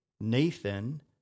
Nathan